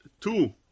two